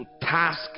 task